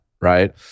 Right